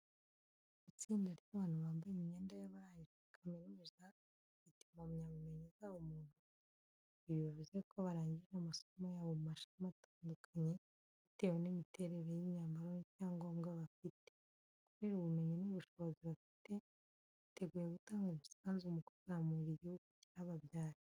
Itsinda ry’abantu bambaye imyenda y’abarangije kaminuza, bafite impamyabumenyi zabo mu ntoki. Ibi bivuze ko barangije amasomo yabo mu mashami atandukanye, bitewe n'imiterere y'imyambaro n’icyangombwa bafite. Kubera ubumenyi n'ubushobozi bafite, biteguye gutanga umusanzu mu kuzamura igihugu cyababyaye.